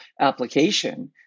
application